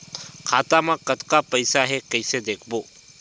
खाता मा कतका पईसा हे कइसे देखबो?